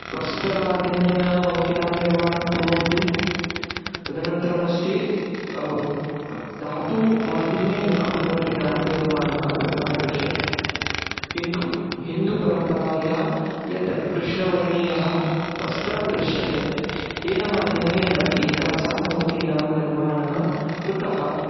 प्रस्तरमाध्यमेन मूर्तीनां निर्माणं कुर्वन्ति तदनन्तरमस्ति धातुमाध्यमेन अपि मूर्तीनां निर्माणं कृतं दृश्यते किन्तु हिन्दुपरम्परायां यद् कृष्णवर्णीयं प्रस्तरं दृश्यते तेन माध्यमेन एतासां मूर्तीनां निर्माणं कृतं